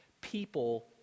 people